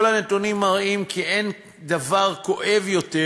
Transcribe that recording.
כל הנתונים מראים כי אין דבר כואב יותר